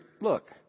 look